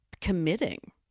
committing